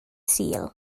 sul